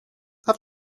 have